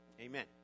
amen